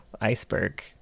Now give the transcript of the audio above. Iceberg